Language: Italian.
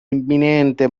imminente